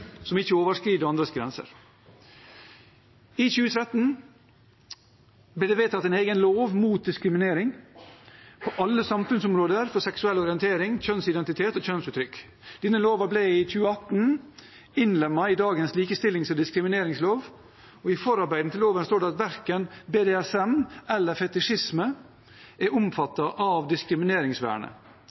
som ikke overskrider andres grenser. I 2013 ble det vedtatt en egen lov mot diskriminering på alle samfunnsområder for seksuell orientering, kjønnsidentitet og kjønnsuttrykk. Denne loven ble i 2018 innlemmet i dagens likestillings- og diskrimineringslov, og i forarbeidet til loven står det at verken BDSM eller fetisjisme er omfattet av diskrimineringsvernet.